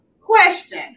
Question